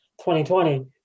2020